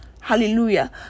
Hallelujah